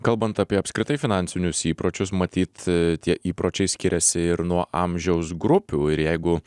kalbant apie apskritai finansinius įpročius matyt tie įpročiai skiriasi ir nuo amžiaus grupių ir jeigu